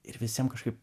ir visiem kažkaip